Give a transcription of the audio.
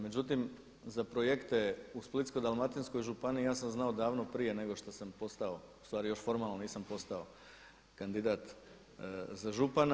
Međutim, za projekte u Splitsko-dalmatinskoj županiji ja sam znao davno prije nego što sam postao, ustvari još formalno nisam postao kandidat za župana.